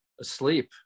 asleep